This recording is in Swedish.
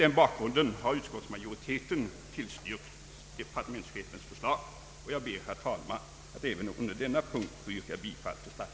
Mot bakgrunden härav har utskottsmajoriteten = tillstyrkt departementschefens förslag.